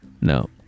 No